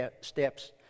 steps